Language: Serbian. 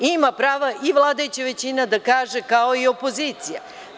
Ima prava i vladajuća većina da kaže kao i opozicija.